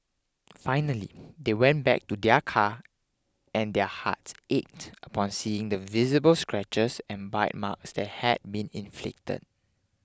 finally they went back to their car and their hearts ached upon seeing the visible scratches and bite marks that had been inflicted